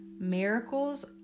Miracles